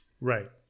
Right